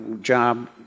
job